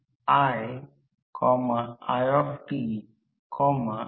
ही stator winding आहे हा three phase पुरवठा आहे